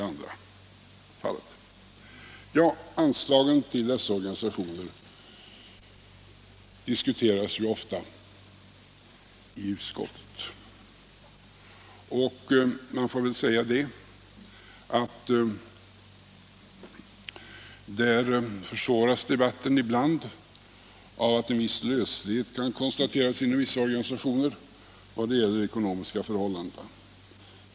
Anslagen till dessa organisationer diskuteras ofta i utskottet. Man får väl säga att debatten ibland försvåras av att en viss löslighet kan konstateras inom vissa organisationer i vad gäller de ekonomiska förhållandena.